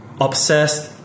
obsessed